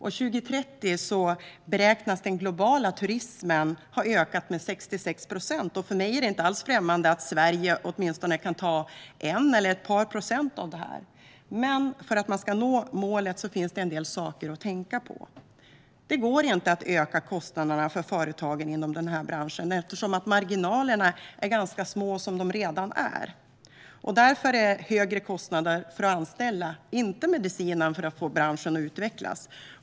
År 2030 beräknas den globala turismen ha ökat med 66 procent. För mig är det inte alls främmande att tänka att Sverige åtminstone kan ta en eller ett par procent av detta. Men för att nå målet finns en del saker att tänka på. Det går inte att öka kostnaderna för företagen inom den här branschen, eftersom marginalerna är ganska små redan som det är. Därför är högre kostnader för att anställa inte medicinen för att få branschen att utvecklas.